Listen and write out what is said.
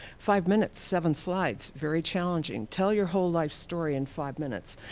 five minutes, seven slides, very challenging. tell your whole life story in five minutes.